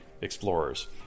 explorers